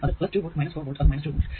അത് 2 volt 4 volt അത് 2 volt